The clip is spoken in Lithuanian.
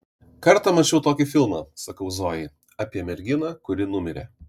kartą mačiau tokį filmą sakau zojai apie merginą kuri numirė